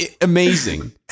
amazing